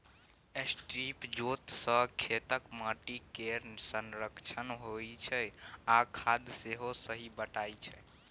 strip जोत सँ खेतक माटि केर संरक्षण होइ छै आ खाद सेहो सही बटाइ छै